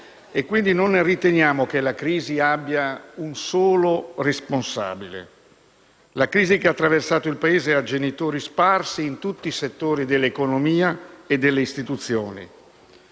e quindi non riteniamo che la crisi abbia un solo responsabile. La crisi che ha attraversato il Paese ha genitori sparsi in tutti i settori dell'economia e delle istituzioni.